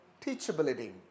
teachability